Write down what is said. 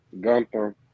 Gunther